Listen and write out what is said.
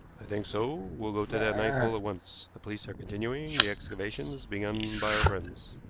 i think so. we'll go to that ninth hole at once. the police are continuing the excavations begun by our friends.